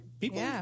people